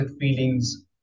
feelings